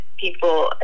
people